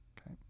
Okay